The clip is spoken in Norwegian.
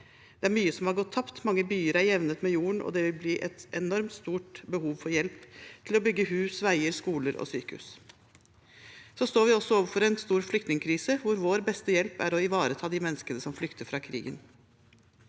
Det er mye som har gått tapt. Mange byer er jevnet med jorden, og det vil bli et enormt stort behov for hjelp til å bygge hus, veier, skoler og sykehus. Vi står også overfor en stor flyktningkrise, hvor vår beste hjelp er å ivareta de menneskene som flykter fra krigen.